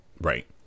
right